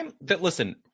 Listen